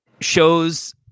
shows